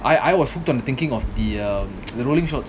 I I was on thinking of the err the rolling shorts